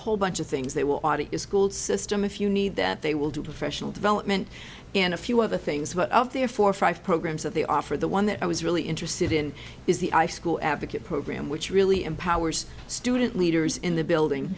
whole bunch of things they will audit is school system if you need that they will do professional development and a few other things about their four or five programs that they offer the one that i was really interested in is the i school advocate program which really empowers student leaders in the building